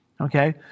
Okay